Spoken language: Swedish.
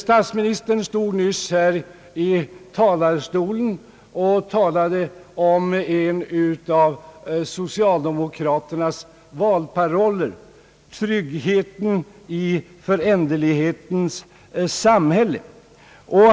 Statsministern talade nyss från denna talarstol om en av socialdemokraternas valparoller: Trygghet i föränderlighetens samhälle.